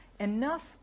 enough